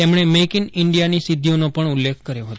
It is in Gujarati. તેમણે મેઈકઈન ઈન્ડિયાની સિધ્ધિઓનો પણ ઉલ્લેખ કર્યો હતો